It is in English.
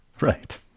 right